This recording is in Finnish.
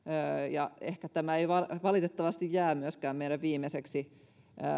tämä ei ehkä valitettavasti jää myöskään meidän viimeiseksi